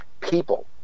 people